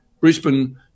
Brisbane